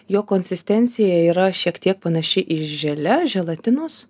jo konsistencija yra šiek tiek panaši į želė želatinos